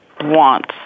wants